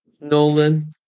Nolan